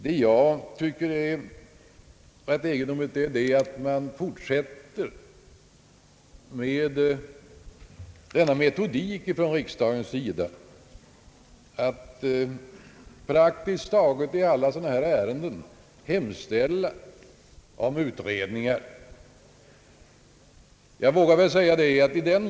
Men jag finner det rätt egendomligt att man fortsätter med denna metod att i praktiskt taget alla sådana ärenden hemställa om att riksdagen skall begära utredningar.